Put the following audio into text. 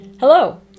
Hello